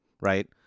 right